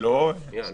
תהיה איתי.